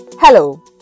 Hello